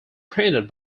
printed